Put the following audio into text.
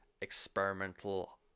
Experimental